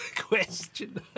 question